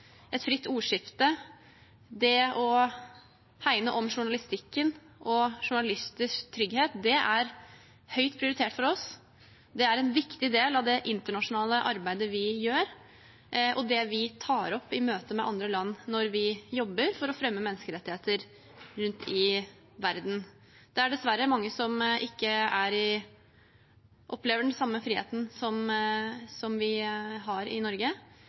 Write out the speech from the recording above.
et fritt ordskifte og det å hegne om journalistikken og journalisters trygghet høyt prioritert for oss. Det er en viktig del av det internasjonale arbeidet vi gjør, og det vi tar opp i møte med andre land, når vi jobber for å fremme menneskerettigheter rundt i verden. Det er dessverre mange som ikke opplever den samme friheten som vi har i Norge.